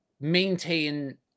maintain